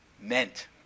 meant